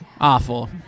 awful